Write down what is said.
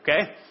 Okay